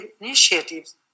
initiatives